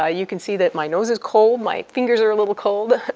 ah you can see that my nose is cold, my fingers are a little cold,